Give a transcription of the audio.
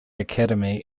academy